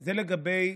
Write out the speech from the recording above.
זה לגבי